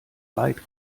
light